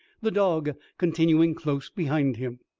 the dog continuing close behind him.